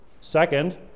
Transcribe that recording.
Second